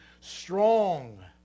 strong